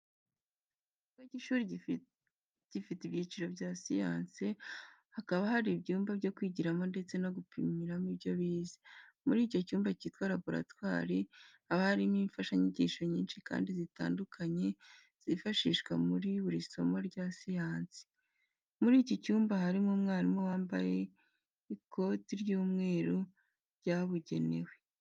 Ikigo cy'ishuri gifite ibyiciro bya siyansi, hakaba hari ibyumba byo kwigiramo ndetse no gupimiramo ibyo bize, muri icyo cyumba cyitwa laboratwari haba harimo imfashanyigisho nyinshi kandi zitandukanye zifashishwa muri buri somo rya siyansi. Muri iki cyumba harimo umwarimu wambaye ikoti ry'umweru ryabugenewe.